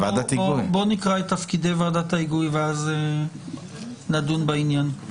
בואו נקרא את תפקידי ועדת ההיגוי ואז נדון בעניין.